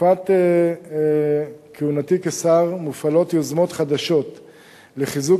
בתקופת כהונתי כשר מופעלות יוזמות חדשות לחיזוק